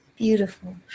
Beautiful